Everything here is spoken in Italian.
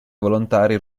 volontari